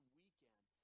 weekend